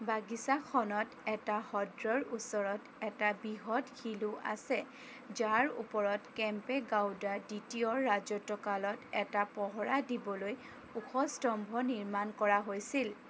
বাগিচাখনত এটা হদ্ৰৰ ওচৰত এটা বৃহৎ শিলো আছে যাৰ ওপৰত কেম্পেগাউডা দ্বিতীয়ৰ ৰাজত্বকালত এটা পহৰা দিবলৈ ওখ স্তম্ভ নিৰ্মাণ কৰা হৈছিল